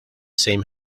same